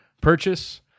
purchase